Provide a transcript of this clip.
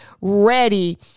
ready